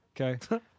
Okay